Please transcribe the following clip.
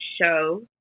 show